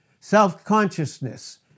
self-consciousness